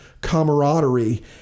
camaraderie